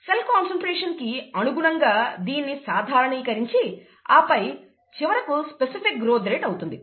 cell concentration కి అనుగుణంగా దీన్నిసాధారణీకరించి ఆపై చివరకు స్పెసిఫిక్ గ్రోత్ రేట్ అవుతుంది